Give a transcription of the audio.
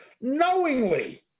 knowingly